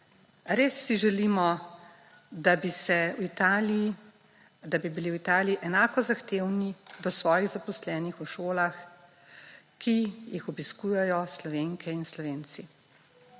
Res si želimo, da bi bili v Italiji enako zahtevni do svojih zaposlenih v šolah, ki jih obiskujejo Slovenke in Slovenci.